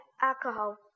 alcohol